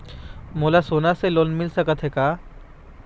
मोला सोना से लोन मिल सकत हे का?